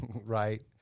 right